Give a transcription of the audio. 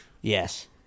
Yes